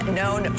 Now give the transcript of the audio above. known